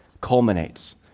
culminates